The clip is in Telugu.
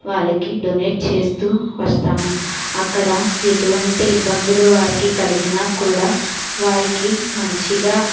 వాళ్ళకి డొనేట్ చేస్తూ వస్తాము అక్కడ ఎటువంటి ఇబ్బందులు వారికి కలిగిన కూడా వారికి మంచిగా